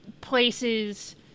places